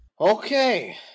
Okay